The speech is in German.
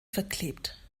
verklebt